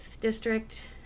district